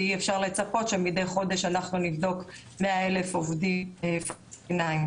כי אפשר לצפות שמדי חודש אנחנו נבדוק 100,000 עובדים פלסטינים.